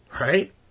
Right